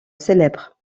célèbre